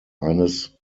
eines